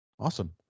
awesome